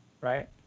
right